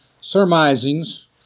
surmisings